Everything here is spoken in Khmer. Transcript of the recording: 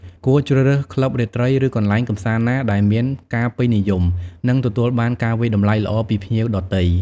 គួរជ្រើសរើស ក្លឹបរាត្រី ឬកន្លែងកម្សាន្តណាដែលមានការពេញនិយម និងទទួលបាន ការវាយតម្លៃល្អពីភ្ញៀវដទៃ។